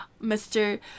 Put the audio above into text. Mr